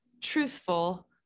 truthful